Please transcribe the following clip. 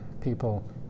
people